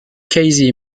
casey